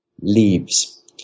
leaves